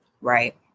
Right